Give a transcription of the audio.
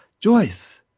Joyce